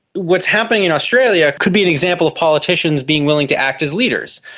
what's happening in australia could be an example of politicians being willing to act as leaders,